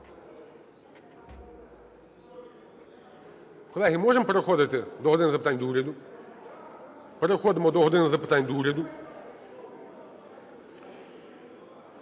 Колеги, можемо переходити до "години запитань до Уряду"? Переходимо до "години запитань до Уряду".